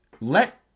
let